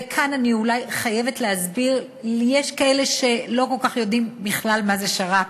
וכאן אני אולי חייבת להסביר: יש כאלה שלא כל כך יודעים בכלל מה זה שר"פ,